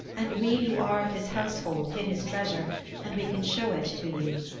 and we who are of his household hid his treasure and we can show it to you.